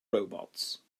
robots